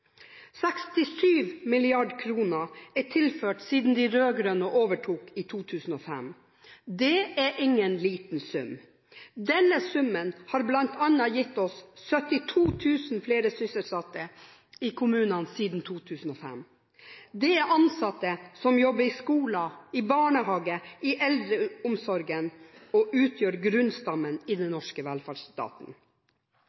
67 mrd. kr er tilført siden de rød-grønne overtok i 2005. Det er ingen liten sum. Denne summen har bl.a. gitt oss 72 000 flere sysselsatte i kommunene siden 2005. Det er ansatte som jobber i skoler, i barnehager og i eldreomsorgen, og utgjør grunnstammen i den